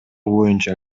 боюнча